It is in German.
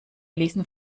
lesen